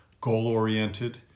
goal-oriented